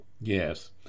Yes